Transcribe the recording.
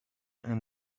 and